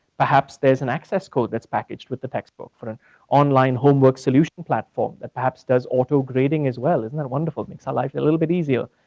perhaps, there's an access code that's packaged with the textbook for an online homework solution platform that perhaps does auto-grading as well, isn't that wonderful? makes our life a little bit easier.